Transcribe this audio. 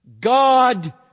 God